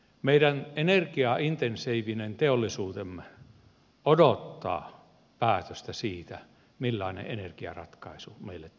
meidän energiaintensiivinen teollisuutemme odottaa päätöstä siitä millainen energiaratkaisu meille tulee